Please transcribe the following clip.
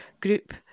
group